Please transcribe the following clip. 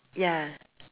ya